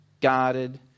guarded